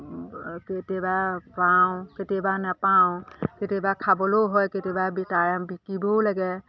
কেতিয়াবা পাওঁ কেতিয়াবা নাপাওঁ কেতিয়াবা খাবলৈও হয় কেতিয়াবা তাৰে বিকিবও লাগে